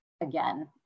again